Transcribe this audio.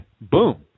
Boom